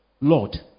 Lord